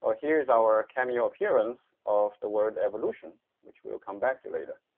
ah here is our cameo appearance of the word evolution which we'll come back to later.